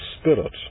Spirit